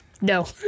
No